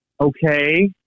Okay